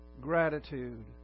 gratitude